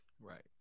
Right